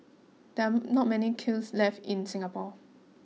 there are not many kilns left in Singapore